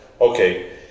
Okay